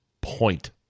point